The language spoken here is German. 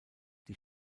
die